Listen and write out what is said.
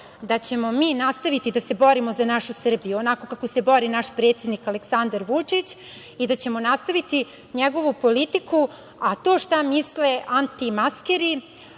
da ćemo mi nastaviti da se borimo za našu Srbiju onako kako se bori naš predsednik Aleksandar Vučić i da ćemo nastaviti njegovu politiku, a to šta misle antimaskeri,